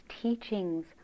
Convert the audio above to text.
teachings